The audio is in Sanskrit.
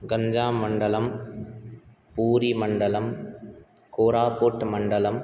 गञ्जां मन्डलं पूरिमण्डलं कोरापुट् मण्डलं